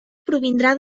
provindrà